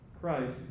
Christ